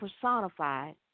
personified